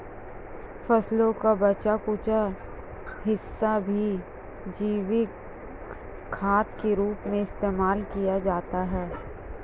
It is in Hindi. फसलों का बचा कूचा हिस्सा भी जैविक खाद के रूप में इस्तेमाल किया जाता है